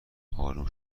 آروم